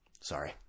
Sorry